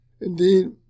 Indeed